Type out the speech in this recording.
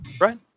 Right